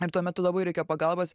ir tuo metu labai reikia pagalbos